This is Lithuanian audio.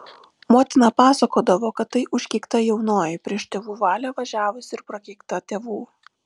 motina pasakodavo kad tai užkeikta jaunoji prieš tėvų valią važiavusi ir prakeikta tėvų